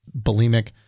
bulimic